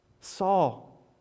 Saul